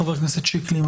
חבר הכנסת שקלי.